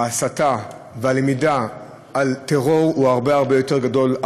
ההסתה והלמידה על טרור הן הרבה הרבה יותר גדולות,